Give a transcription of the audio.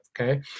okay